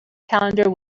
calendar